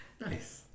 Nice